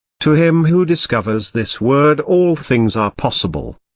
to him who discovers this word all things are possible.